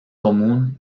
común